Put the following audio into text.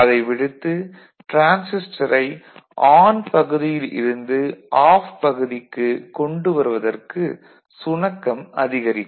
அதை விடுத்து டிரான்சிஸ்டரை ஆன் பகுதியில் இருந்து ஆஃப் பகுதிக்கு கொண்டு வருவதற்கு சுணக்கம் அதிகரிக்கும்